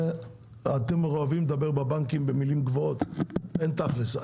אתם בבנקים אוהבים לדבר במילים גבוהות, אין תכלס.